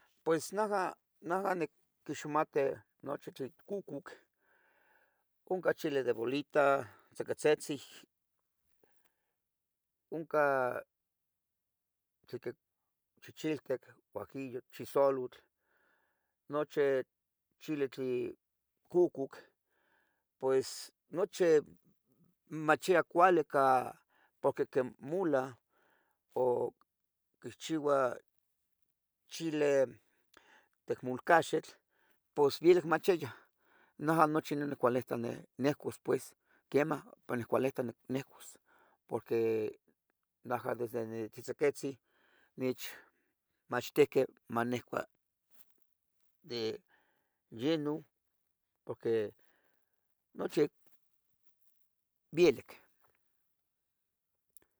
Pues najah, najah niquixmate nochi chil cucuc. unca chile de bolita tzequetzetze, unca sique. chichiltic, guajillo, chisolutl, noche chile tlin. cucuc, pues noche machia cuale ca pohque quimulah. o quihchiuah chile tecmulcaxitl, pos vielic machiya Najah nochi nah nicualita nehcuas pues, quiemah pa. nehcualita nehcuas pues, porque, najah desde nitzitziquitzin. nichmachtihqueh manihcua de yenun, pohque nochi vielic.